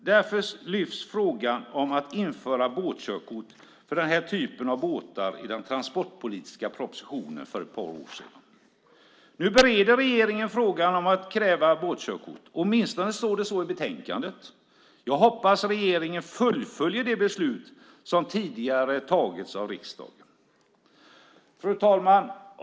Därför lyftes frågan om att införa båtkörkort för den här typen av båtar upp i den transportpolitiska propositionen för ett par år sedan. Nu bereder regeringen frågan om att kräva båtkörkort. Åtminstone står det så i betänkandet. Jag hoppas att regeringen fullföljer det beslut som tidigare har fattats av riksdagen.